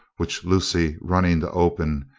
which lucy running to open,